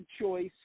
choice